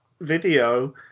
video